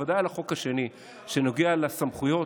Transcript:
בוודאי על החוק השני שנוגע לסמכויות,